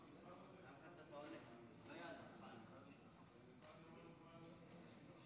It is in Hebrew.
כלומר במהלך העשור האחרון בוטלו מחצית החוקים ו-144 צווים מתוך